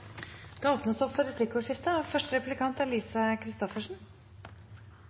der det blir replikkordskifte. Første replikant er